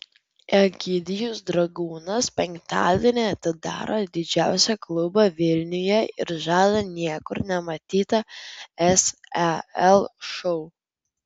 egidijus dragūnas penktadienį atidaro didžiausią klubą vilniuje ir žada niekur nematytą sel šou